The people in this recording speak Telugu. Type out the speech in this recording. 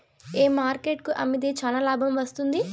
ఏ మార్కెట్ కు అమ్మితే చానా లాభం వస్తుంది?